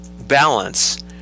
balance